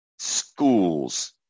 schools